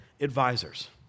advisors